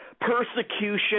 Persecution